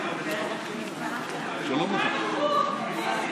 אנא הימנעו מהעניין